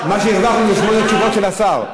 מה שהרווחנו זה שמונה תשובות של השר.